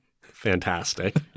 Fantastic